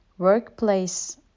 Workplace